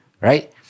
right